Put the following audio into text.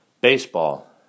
Baseball